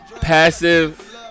Passive